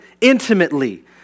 intimately